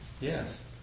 Yes